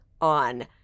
on